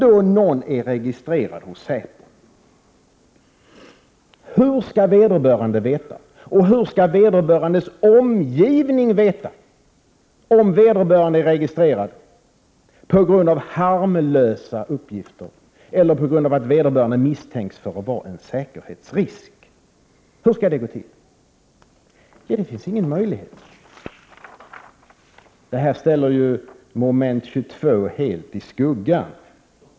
Om någon är registrerad hos säpo, hur skall vederbörande veta, och hur skall vederbörandes omgivning veta, om vederbörande är registrerad på grund av harmlösa uppgifter eller på grund av misstanke om att vara en säkerhetsrisk? Hur skall det gå till? Det finns ingen möjlighet till det. Det här ställer moment 22 helt i skuggan.